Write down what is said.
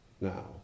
now